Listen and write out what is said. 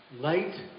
Light